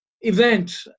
event